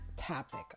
topic